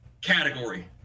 category